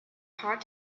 hard